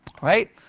right